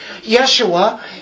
Yeshua